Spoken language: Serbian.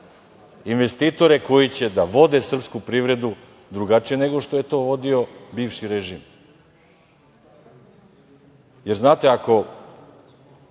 investitore koji će da vode srpsku privredu drugačije, nego što je to vodio bivši režim. Znate ako